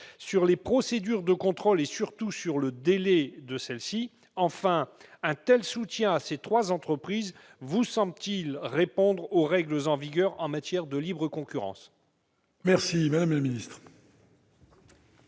sur les procédures de contrôles et, surtout, sur les délais de celles-ci ? Enfin, un tel soutien à ces trois entreprises vous semble-t-il répondre aux règles en vigueur en matière de libre concurrence ? La parole est à Mme la ministre.